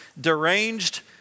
deranged